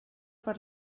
per